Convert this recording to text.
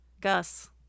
Gus